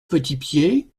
petitpied